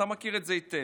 אתה מכיר את זה היטב.